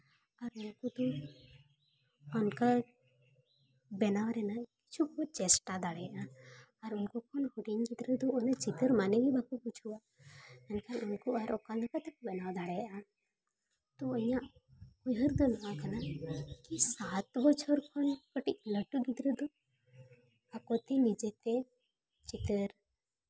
ᱟᱨ ᱱᱩᱠᱩ ᱫᱚ ᱚᱱᱠᱟ ᱵᱮᱱᱟᱣ ᱨᱮᱱᱟᱜ ᱠᱤᱪᱷᱩ ᱠᱚ ᱪᱮᱥᱴᱟ ᱫᱟᱲᱮᱭᱟᱜᱼᱟ ᱟᱨ ᱩᱱᱠᱩ ᱠᱷᱚᱱ ᱦᱩᱰᱤᱧ ᱜᱤᱫᱽᱨᱟᱹ ᱫᱚ ᱚᱱᱟ ᱪᱤᱛᱟᱹᱨ ᱢᱟᱱᱮ ᱜᱮ ᱵᱟᱠᱚ ᱵᱩᱡᱷᱟᱹᱣᱟ ᱮᱱᱠᱷᱟᱱ ᱩᱱᱠᱩ ᱟᱨ ᱚᱠᱟ ᱞᱮᱠᱟ ᱛᱮᱠᱚ ᱵᱮᱱᱟᱣ ᱫᱟᱲᱣᱭᱟᱜᱼᱟ ᱛᱚ ᱤᱧᱟᱹᱜ ᱩᱭᱦᱟᱹᱨ ᱫᱚ ᱱᱚᱣᱟ ᱠᱟᱱᱟ ᱠᱤ ᱥᱟᱛ ᱵᱚᱪᱷᱚᱨ ᱠᱷᱚᱱ ᱠᱟᱹᱴᱤᱡ ᱞᱟᱹᱴᱩ ᱜᱤᱫᱽᱨᱟᱹ ᱫᱚ ᱟᱠᱚᱛᱮ ᱱᱤᱡᱮ ᱛᱮ ᱪᱤᱛᱟᱹᱨ